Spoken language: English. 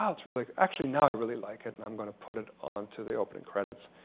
ah it's really actually now i really like it, and i'm going to put it on to the opening credits.